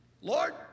Lord